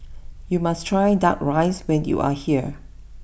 you must try Duck Rice when you are here